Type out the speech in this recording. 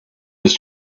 his